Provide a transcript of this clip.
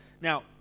Now